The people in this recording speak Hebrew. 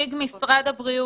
אביחי, נציג משרד הבריאות,